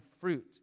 fruit